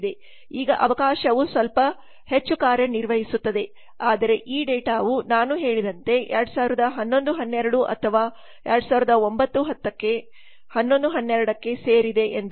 ಈಗ ಅವಕಾಶವು ಸ್ವಲ್ಪ ಹೆಚ್ಚು ಕಾರ್ಯನಿರ್ವಹಿಸುತ್ತದೆ ಆದರೆ ಈ ಡೇಟಾ ವು ನಾನು ಹೇಳಿದಂತೆ 2011 12 ಅಥವಾ 2009 10ಕ್ಕೆ 11 12 ಕ್ಕೆ ಸೇರಿದೆ ಎಂದು